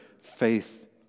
faith